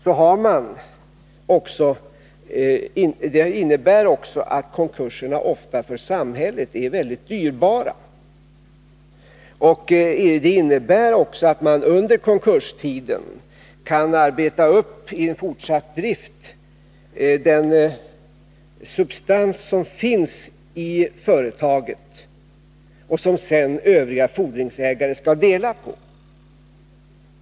Detta innebär också att man under konkurstiden i en fortsatt drift kan arbeta upp den substans som finns i företaget och som övriga fordringsägare sedan skall dela på.